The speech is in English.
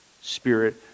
spirit